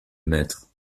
maîtres